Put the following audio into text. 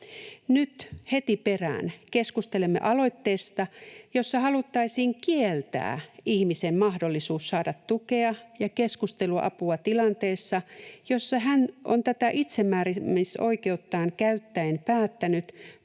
Nyt heti perään keskustelemme aloitteesta, jossa haluttaisiin kieltää ihmisen mahdollisuus saada tukea ja keskusteluapua tilanteessa, jossa hän on tätä itsemääräämisoikeuttaan käyttäen päättänyt